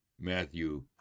Matthew